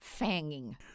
Fanging